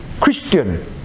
Christian